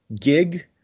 gig